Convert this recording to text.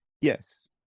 yes